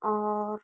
और